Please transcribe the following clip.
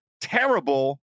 terrible